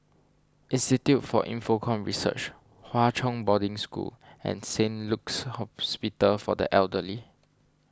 Institute for Infocomm Research Hwa Chong Boarding School and Saint Luke's Hospital for the Elderly